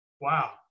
wow